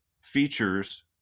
features